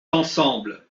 ensemble